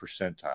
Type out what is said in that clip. percentile